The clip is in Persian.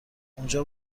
اونجا